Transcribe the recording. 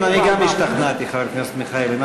גם אני השתכנעתי, חבר הכנסת מיכאלי.